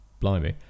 Blimey